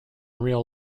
real